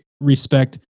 respect